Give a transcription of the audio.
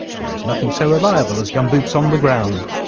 there is nothing so reliable as gumboots on the ground.